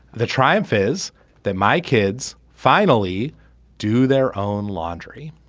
the triumph is that my kids finally do their own laundry.